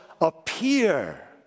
appear